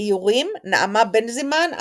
איורים נעמה בנזימן,